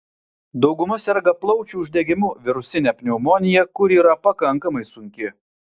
dauguma serga plaučių uždegimu virusine pneumonija kuri yra pakankamai sunki